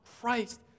Christ